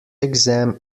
exam